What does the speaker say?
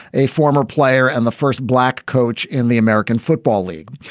a former player and the first black coach in the american football league,